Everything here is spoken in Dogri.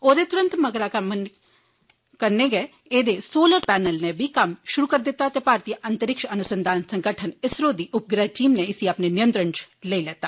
ओदे तुरत कन्नै गै एहदे सोलर पैनल नै बी कम्म शुरू करी दित्ता ते भारतीय अंतरिक्ष अनुसंधान संगठन इसरो दी उपग्रैह टीम नै इसी अपने नियंत्रण च लेई लैता